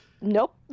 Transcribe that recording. nope